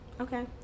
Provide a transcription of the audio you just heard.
Okay